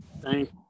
Thank